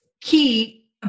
key